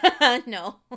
No